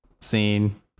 scene